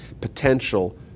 potential